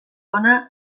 hona